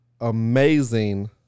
amazing